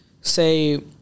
Say